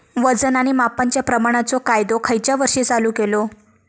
वजन आणि मापांच्या प्रमाणाचो कायदो खयच्या वर्षी चालू केलो?